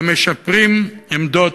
המשפרים עמדות,